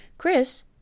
Chris